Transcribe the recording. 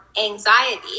anxiety